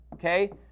Okay